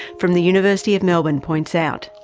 from the university of melbourne, points out.